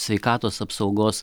sveikatos apsaugos